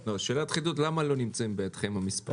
למה לא נמצאים בידכם המספרים?